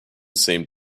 seemed